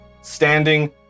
standing